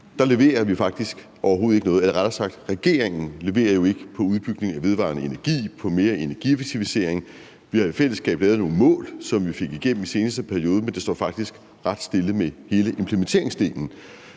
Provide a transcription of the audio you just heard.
klimakrisen – faktisk overhovedet ikke leverer noget? Eller rettere sagt: Regeringen leverer jo ikke på udbygningen af vedvarende energi og på mere energieffektivisering. Vi har i fællesskab lavet nogle mål, som vi fik igennem i den seneste periode, men det står faktisk ret stille med hele implementeringsdelen.